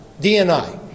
DNI